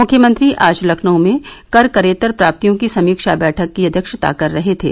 मुख्यमंत्री आज लखनऊ में कर करेत्तर प्राप्तियों की समीक्षा बैठक की अध्यक्षता कर रहे थे